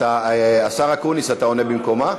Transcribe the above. השר אקוניס, אתה עונה במקומה?